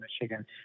Michigan